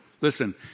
Listen